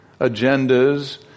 agendas